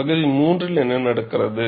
பகுதி 3 இல் என்ன நடக்கிறது